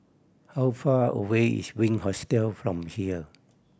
how far away is Wink Hostel from here